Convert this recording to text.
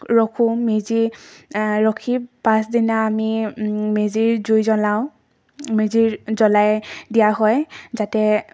ৰখোঁ মেজি ৰখি পাছদিনা আমি মেজিৰ জুই জ্বলাওঁ মেজিৰ জ্বলাই দিয়া হয় যাতে